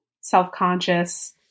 self-conscious